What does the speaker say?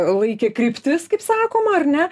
laikė kryptis kaip sakoma ar ne